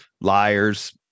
liars